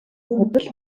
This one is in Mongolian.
худал